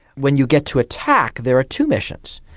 when you get to attack there are two missions.